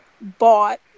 bought